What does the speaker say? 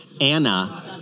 Anna